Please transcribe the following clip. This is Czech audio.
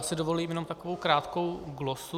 Já si dovolím jenom takovou krátkou glosu.